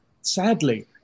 sadly